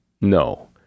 No